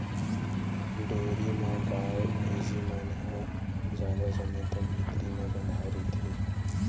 dairy म गाय, भइसी मन ह जादा समे तक भीतरी म बंधाए रहिथे